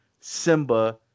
Simba